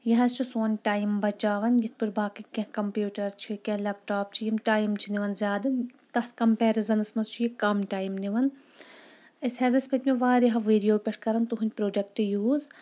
یہِ حظ چھُ سون ٹایم بچاوان یِتھ پٲٹھۍ باقی کیٚنٛہہ کمپیوٗٹر چھ کیٚنٛہہ لیپ ٹاپ چھ یِم ٹایم چھ نِوان زیٛادٕ تَتھ کمپیرِزنس منٛز چھُ یہِ کم ٹایم نِوان أسۍ حظ أسۍ پٔتۍ میو واریاہو ؤرۍ یو پٮ۪ٹھ کران تُۂنٛدۍ پروڈکٹ یوٗز